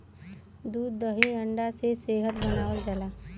दूध दही अंडा से सेहत बनावल जाला